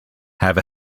have